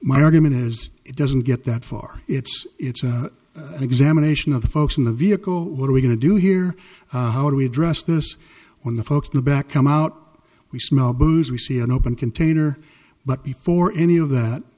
my argument is it doesn't get that far it's it's an examination of the folks in the vehicle what are we going to do here how do we address this when the folks in the back come out we smell booze we see an open container but before any of that